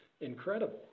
incredible